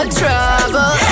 trouble